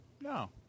No